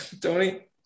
Tony